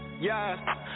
Yes